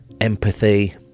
empathy